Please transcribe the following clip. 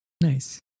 Nice